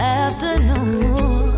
afternoon